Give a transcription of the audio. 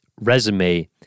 resume